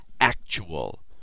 actual